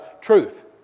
truth